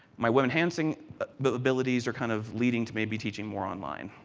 my web enhancing but abilities are kind of leading to may be teaching more online.